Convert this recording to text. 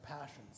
passions